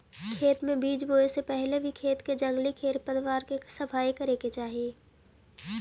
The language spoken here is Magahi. खेत में बीज बोए से पहले भी खेत के जंगली खेर पतवार के सफाई करे चाही